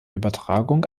übertragung